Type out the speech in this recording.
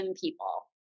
people